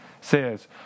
says